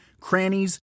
crannies